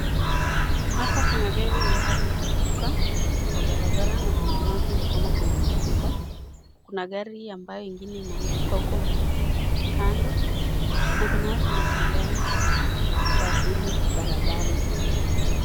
Hapa kuna gari ambayo imeanguka kwa barabara na kuna maji nikama kuna mafuriko kuna gari ingine ambayo imeanguka huko kando, na kuna watu wanatembea kwa hili barabara.